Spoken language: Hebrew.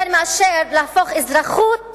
יותר מאשר להפוך אזרחות